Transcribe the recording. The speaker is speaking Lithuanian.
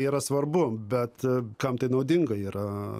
yra svarbu bet kam tai naudinga yra